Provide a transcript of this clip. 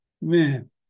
Man